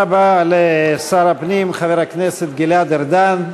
תודה רבה לשר הפנים חבר הכנסת גלעד ארדן.